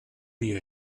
dir